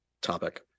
topic